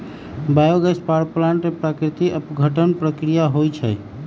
bio gas power plant में प्राकृतिक अपघटन प्रक्रिया होइ छइ